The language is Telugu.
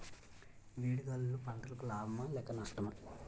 వేడి గాలులు పంటలకు లాభమా లేక నష్టమా?